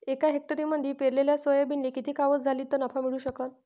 एका हेक्टरमंदी पेरलेल्या सोयाबीनले किती आवक झाली तं नफा मिळू शकन?